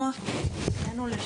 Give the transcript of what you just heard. נעה.